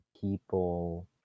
people